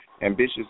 ambitious